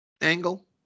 angle